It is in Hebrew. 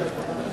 מס'